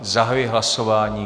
Zahajuji hlasování.